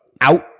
Out